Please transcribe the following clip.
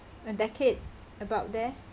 a decade about there